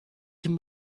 can